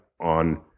on